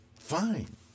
Fine